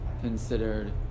considered